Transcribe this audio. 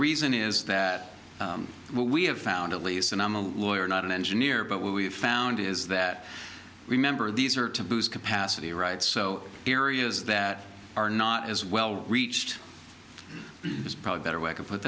reason is that we have found at least and i'm a lawyer not an engineer but what we've found is that remember these are to boost capacity right so areas that are not as well reached is probably better way to put